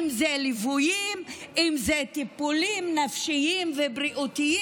אם זה ליווי, אם זה טיפולים נפשיים ובריאותיים.